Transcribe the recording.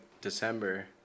December